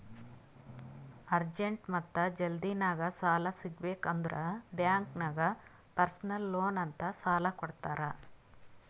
urgent ಮತ್ತ ಜಲ್ದಿನಾಗ್ ಸಾಲ ಸಿಗಬೇಕ್ ಅಂದುರ್ ಬ್ಯಾಂಕ್ ನಾಗ್ ಪರ್ಸನಲ್ ಲೋನ್ ಅಂತ್ ಸಾಲಾ ಕೊಡ್ತಾರ್